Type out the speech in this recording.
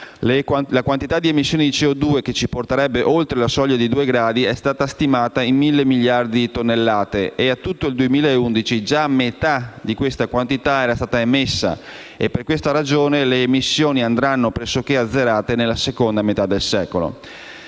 La quantità di emissioni di CO2 che ci porterebbe oltre la soglia dei due gradi centigradi è stata stimata in 1.000 miliardi di tonnellate e a tutto il 2011 già metà di questa quantità era stata emessa; per questa ragione le emissioni andranno pressoché azzerate nella seconda metà del secolo.